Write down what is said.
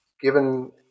given